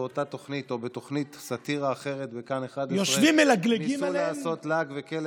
באותה תוכנית או בתוכנית סאטירה אחרת בכאן 11 ניסו לעשות לעג וקלס,